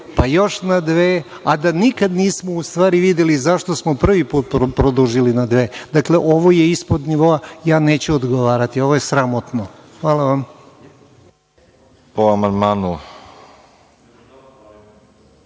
pa još na dve, a da nikada nismo u stvari videli zašto smo prvi put produžili na dve. Dakle, ovo je ispod nivoa. Ja neću odgovarati. Ovo je sramotno. Hvala vam.